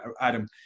Adam